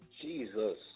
Jesus